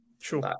Sure